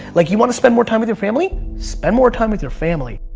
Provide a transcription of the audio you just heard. like you want to spend more time with your family? spend more time with your family.